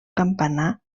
campanar